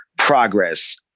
progress